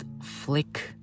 flick